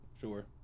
sure